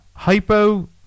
Hypo